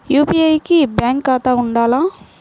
UPI కి bank ఖాతా ఉండాల?